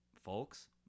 folks